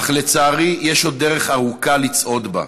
אך לצערי יש עוד דרך ארוכה לצעוד בה.